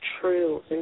true